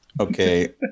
okay